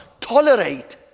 tolerate